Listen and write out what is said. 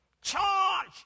Charge